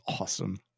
awesome